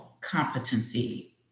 competency